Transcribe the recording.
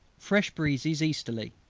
fresh breezes easterly.